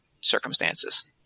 circumstances